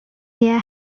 there